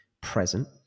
present